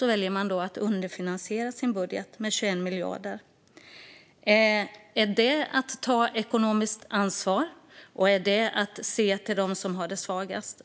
väljer man att underfinansiera sin budget med 21 miljarder. Är detta att ta ekonomiskt ansvar? Är detta att se till de svagaste?